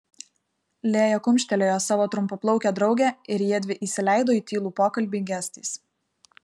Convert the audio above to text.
lėja kumštelėjo savo trumpaplaukę draugę ir jiedvi įsileido į tylų pokalbį gestais